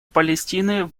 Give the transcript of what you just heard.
палестины